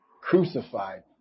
crucified